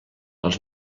els